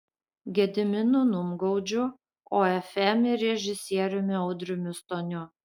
gediminu numgaudžiu ofm ir režisieriumi audriumi stoniu